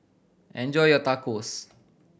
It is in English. enjoy your Tacos